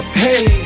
hey